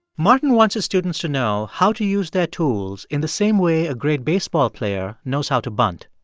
martin wants his students to know how to use their tools in the same way a great baseball player knows how to bunt.